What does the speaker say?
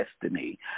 destiny